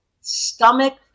stomach